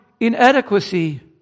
Inadequacy